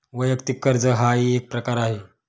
वैयक्तिक कर्ज हाही एक प्रकार आहे